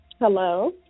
Hello